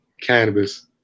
Cannabis